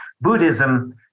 Buddhism